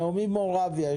נעמי מורביה,